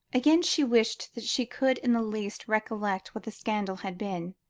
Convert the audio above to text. again she wished that she could in the least recollect what the scandal had been.